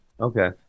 Okay